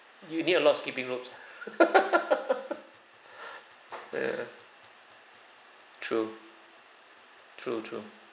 you need a lot of skipping ropes ah ya true true true